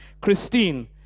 Christine